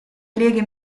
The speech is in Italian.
leghe